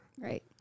Right